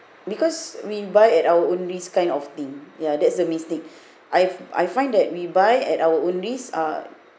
because we buy at our own risk kind of thing ya that's the mistake I've I find that we buy at our own risk ah